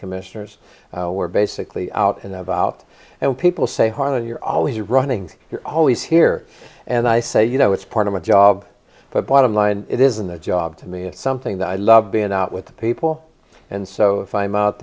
commissioners were basically out and about and people say harlan you're always running always here and i say you know it's part of my job but bottom line it isn't the job to me it's something that i love being out with the people and so if i'm out